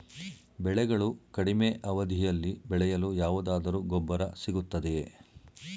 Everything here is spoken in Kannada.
ಬೆಳೆಗಳು ಕಡಿಮೆ ಅವಧಿಯಲ್ಲಿ ಬೆಳೆಯಲು ಯಾವುದಾದರು ಗೊಬ್ಬರ ಸಿಗುತ್ತದೆಯೇ?